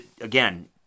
again